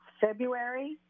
February